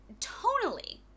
Tonally